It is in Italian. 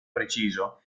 preciso